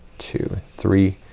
two, three,